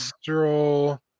stroll